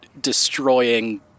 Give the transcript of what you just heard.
destroying